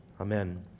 amen